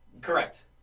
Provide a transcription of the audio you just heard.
Correct